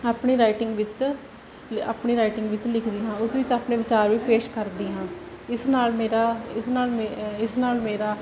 ਆਪਣੀ ਰਾਈਟਿੰਗ ਵਿੱਚ ਆਪਣੀ ਰਾਈਟਿੰਗ ਵਿੱਚ ਲਿਖਦੀ ਹਾਂ ਉਸ ਵਿੱਚ ਆਪਣੇ ਵਿਚਾਰ ਵੀ ਪੇਸ਼ ਕਰਦੀ ਹਾਂ ਇਸ ਨਾਲ ਮੇਰਾ ਇਸ ਨਾਲ ਮੇ ਇਸ ਨਾਲ ਮੇਰਾ